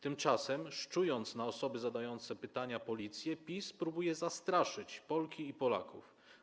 Tymczasem, szczując na osoby zadające pytania policję, PiS próbuje zastraszyć Polki i Polaków.